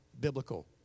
biblical